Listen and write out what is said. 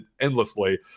endlessly